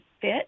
fit